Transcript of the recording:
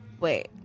wait